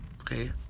Okay